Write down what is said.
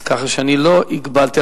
כך שאני לא הגבלתי.